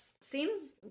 seems